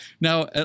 now